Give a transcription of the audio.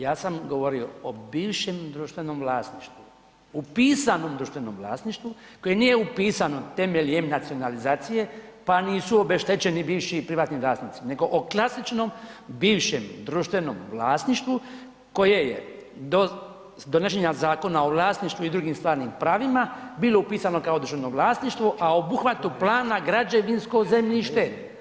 Ja sam govorio o bivšem društvenom vlasništvu, upisanom društvenom vlasništvu koje nije upisano temeljem nacionalizacije pa nisu obeštećeni bivši i privatni vlasnici nego o klasičnom bivšem i društvenom vlasništvu koje je do donošenja Zakona o vlasništvu i drugim stvarnim pravima, bilo upisano kao društveno vlasništvo a o obuhvatu plana, građevinsko zemljište.